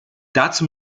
dazu